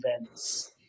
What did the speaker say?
events